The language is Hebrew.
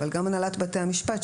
אבל גם בהנהלת בתי-המשפט,